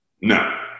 No